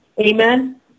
Amen